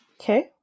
Okay